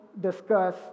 discuss